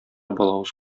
балавыз